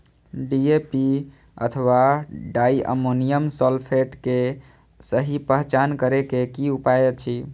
DAP अथवा diammonium phosphate के सहि पहचान करे के कि उपाय अछि?